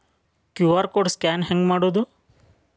QR code scan ಹೆಂಗ್ ಮಾಡೋದು?